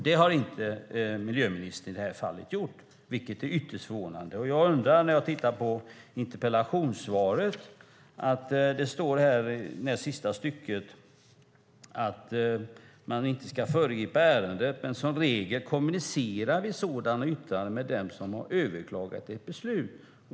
Det har miljöministern inte gjort i det här fallet, vilket är ytterst förvånande. Av interpellationssvaret framgår att ministern inte vill föregripa prövningen av ärendet, men att man som regel kommunicerar sådana yttranden med dem som överklagat ett beslut.